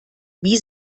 wie